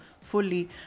fully